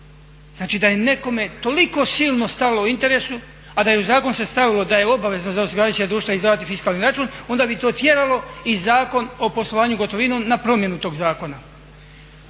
Znači da je nekome toliko silno stalo u interesu a da je u zakon se stavilo da je obavezo za osiguravajuća društva izdavati fiskalni račun onda bi to tjeralo i Zakon o poslovanju gotovinom na promjenu tog zakona.